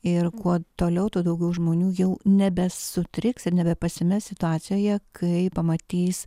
ir kuo toliau tuo daugiau žmonių jau nebesutriks ir nebepasimes situacijoje kai pamatys